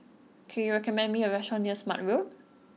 can you recommend me a restaurant near Smart Road